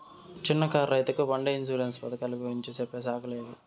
చిన్న కారు రైతుకు పంట ఇన్సూరెన్సు పథకాలు గురించి చెప్పే శాఖలు ఏవి?